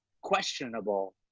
questionable